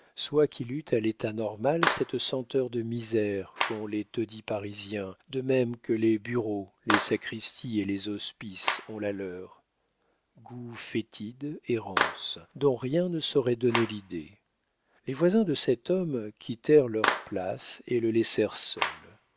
soit qu'il eût à l'état normal cette senteur de misère qu'ont les taudis parisiens de même que les bureaux les sacristies et les hospices ont la leur goût fétide et rance dont rien ne saurait donner l'idée les voisins de cet homme quittèrent leurs places et le laissèrent seul